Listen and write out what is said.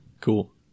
Cool